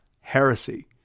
heresy